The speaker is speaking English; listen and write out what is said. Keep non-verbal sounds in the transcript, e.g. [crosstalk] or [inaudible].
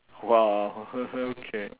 !wow! [laughs] okay